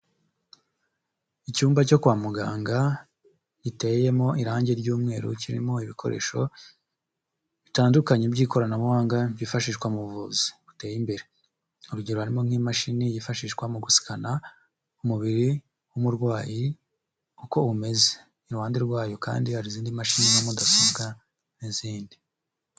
Icyumba cyo kwa muganga giteyemo irangi ry'umweru, kirimo ibikoresho bitandukanye by'ikoranabuhanga byifashishwa mu buvuzi buteye imbere, urugero harimo nk'imashini yifashishwa mu gusikana umubiri w'umurwayi uko umeze, iruhande rwayo kandi hari izindi mashini na mudasobwa n'izindi.